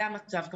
זה המצב כרגע.